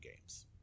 games